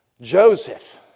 Joseph